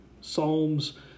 Psalms